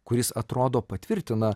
kuris atrodo patvirtina